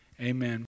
Amen